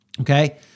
okay